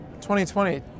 2020